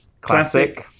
Classic